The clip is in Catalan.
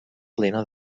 plena